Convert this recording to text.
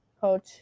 Coach